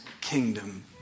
kingdom